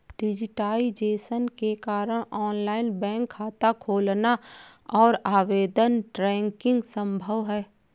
digitisation के कारण online bank खाता खोलना और आवेदन ट्रैकिंग संभव हैं